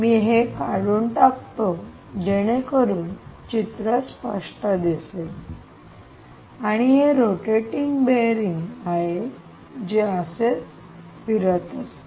मी हे काढून टाकतो जेणेकरून चित्र स्पष्ट दिसेल आणि हे रोटेटिंग बेअरिंग आहे जे असेच सतत फिरत असते